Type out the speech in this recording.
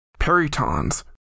Peritons